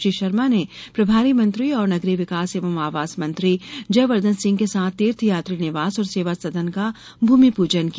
श्री षर्मा ने प्रभारी मंत्री और नगरीय विकास एवं आवास मंत्री जयवर्द्धन सिंह के साथ तीर्थ यात्री निवास और सेवा सदन का भूमि पूजन किया